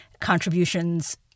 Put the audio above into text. contributions